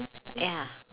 ya